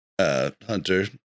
Hunter